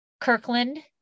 Kirkland